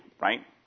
right